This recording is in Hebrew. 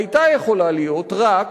היתה יכולה להיות רק